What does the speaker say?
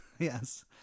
Yes